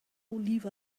leave